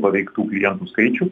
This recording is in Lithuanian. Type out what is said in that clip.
paveiktų klientų skaičių